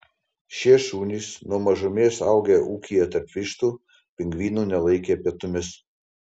šie šunys nuo mažumės augę ūkyje tarp vištų pingvinų nelaikė pietumis